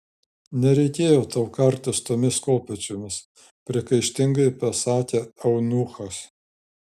nereikėjo tau kartis tomis kopėčiomis priekaištingai pasakė eunuchas